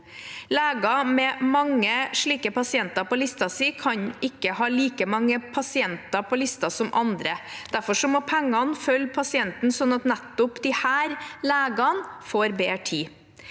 Leger med mange slike pasienter på listen sin kan ikke ha like mange pasienter på listen som andre, og derfor må pengene følge pasienten slik at nettopp disse legene får bedre tid.